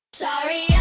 Sorry